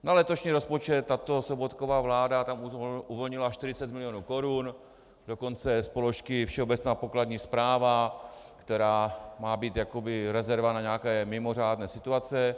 Na letošní rozpočet na to Sobotkova vláda uvolnila 40 mil. korun, dokonce z položky Všeobecná pokladní správa, která má být jakoby rezerva na nějaké mimořádné situace.